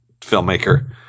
filmmaker